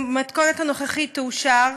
במתכונת הנוכחית, תאושר,